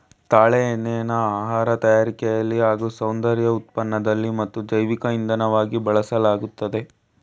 ತಾಳೆ ಎಣ್ಣೆನ ಆಹಾರ ತಯಾರಿಕೆಲಿ ಹಾಗೂ ಸೌಂದರ್ಯ ಉತ್ಪನ್ನದಲ್ಲಿ ಮತ್ತು ಜೈವಿಕ ಇಂಧನವಾಗಿ ಬಳಸಲಾಗ್ತದೆ